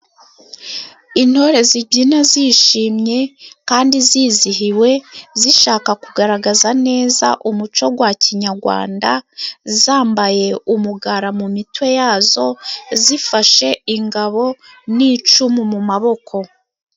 Intore zibyina zishimye kandi zizihiwe, zishaka kugaragaza neza umuco gwa kinyagwanda, zambaye umugara mu mitwe yazo, zifashe ingabo n'icumu mu maboko.